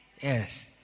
Yes